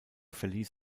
verließ